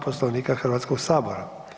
Poslovnika Hrvatskoga sabora.